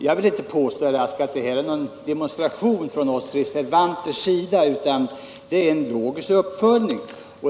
Jag vill inte medge, herr Rask, att här föreligger någon demonstration från reservanternas sida, utan det är en logisk uppföljning.